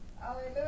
Hallelujah